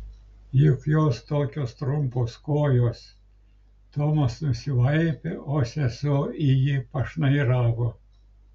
juk jos tokios trumpos kojos tomas nusivaipė o sesuo į jį pašnairavo